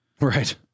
Right